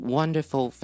Wonderful